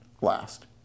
last